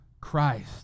Christ